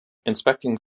inspecting